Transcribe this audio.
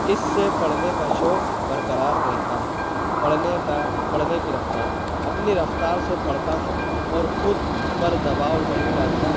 اس سے پڑھنے کا شوق برقرار رہتا ہے پڑھنے کا پڑھنے کی رفتار اپنی رفتار سے پڑھتا ہوں اور خود پر دباؤ نہیں ڈالتا